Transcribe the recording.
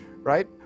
right